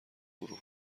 گروه